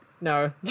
No